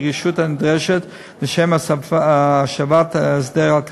ברגישות הנדרשת לשם השבת הסדר על כנו.